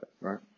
Right